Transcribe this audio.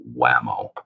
whammo